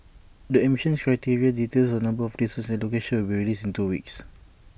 the admission criteria details on number of places and locations will be released in two weeks